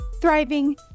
thriving